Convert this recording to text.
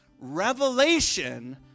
revelation